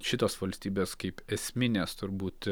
šitos valstybės kaip esminės turbūt